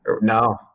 No